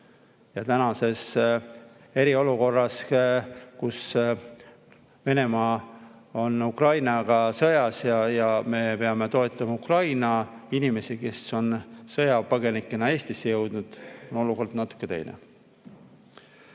Ja tänases eriolukorras, kus Venemaa on Ukrainaga sõjas ja me peame toetama Ukraina inimesi, kes on sõjapõgenikena Eestisse jõudnud, on olukord natuke teine. Aga